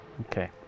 Okay